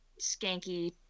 skanky